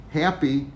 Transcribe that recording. happy